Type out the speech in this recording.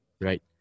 Right